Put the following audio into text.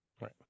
Right